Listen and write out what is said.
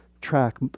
track